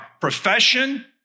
profession